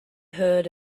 heard